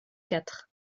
quatre